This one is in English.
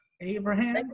Abraham